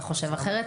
שאני חושב אחרת?